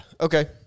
okay